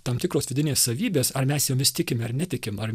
tam tikros vidinės savybės ar mes jomis tikim ar netikim ar